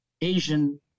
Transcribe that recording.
Asian